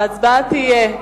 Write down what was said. וההצבעה תהיה,